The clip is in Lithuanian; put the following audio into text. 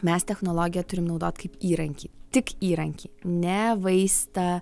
mes technologiją turim naudot kaip įrankį tik įrankį ne vaistą